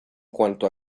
cuanto